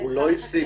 הוא לא הפסיק.